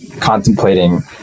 contemplating